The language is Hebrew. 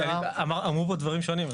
אמרו פה דברים שונים,